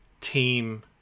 team